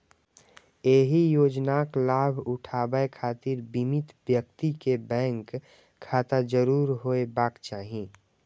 एहि योजनाक लाभ उठाबै खातिर बीमित व्यक्ति कें बैंक खाता जरूर होयबाक चाही